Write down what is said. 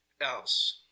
else